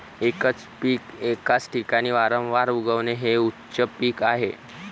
एकच पीक एकाच ठिकाणी वारंवार उगवणे हे उच्च पीक आहे